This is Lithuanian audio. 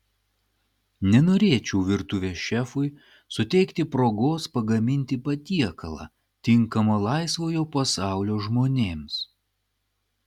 nenorėčiau virtuvės šefui suteikti progos pagaminti patiekalą tinkamą laisvojo pasaulio žmonėms